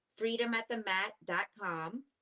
freedomatthemat.com